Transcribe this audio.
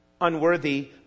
unworthy